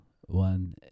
one